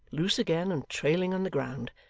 loose again and trailing on the ground.